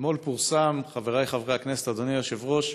אתמול פורסם, חברי חברי הכנסת, אדוני היושב-ראש,